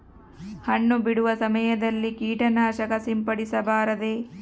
ಹಣ್ಣು ಬಿಡುವ ಸಮಯದಲ್ಲಿ ಕೇಟನಾಶಕ ಸಿಂಪಡಿಸಬಾರದೆ?